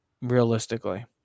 realistically